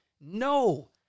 No